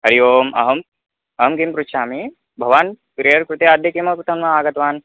हरिः ओम् अहम् अहं किं पृच्छामि भवान् प्रेयर् कृते अद्य किमर्थं न आगतवान्